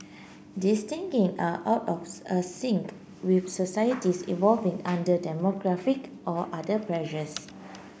these thinking are out of a sync with societies evolving under demographic or other pressures